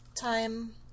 time